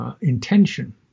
intention